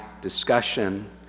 discussion